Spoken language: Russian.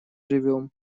живем